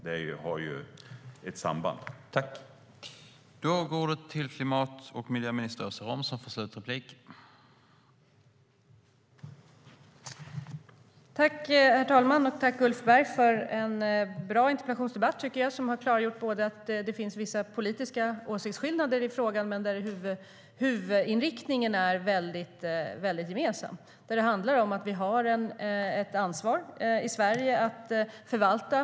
Det finns ju ett samband däremellan.